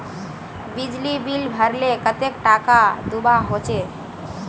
बिजली बिल भरले कतेक टाका दूबा होचे?